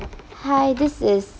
hi this is